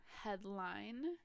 headline